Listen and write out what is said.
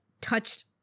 touched